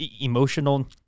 emotional